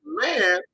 man